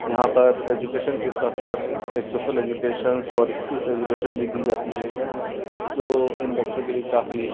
यहाँ पर एजुकेशन के साथ साथ ये सोशल एजुकेशन और स्किल्स एजुकेशन भी दी जाती है जो इन बच्चों के लिए काफ़ी